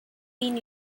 mean